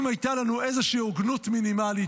אם הייתה לנו איזושהי הוגנות מינימלית,